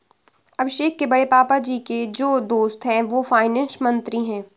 अभिषेक के बड़े पापा जी के जो दोस्त है वो फाइनेंस मंत्री है